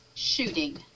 shooting